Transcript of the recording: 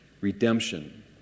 redemption